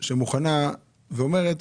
שמוכנה ואומרת,